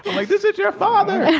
like, this is your father! yeah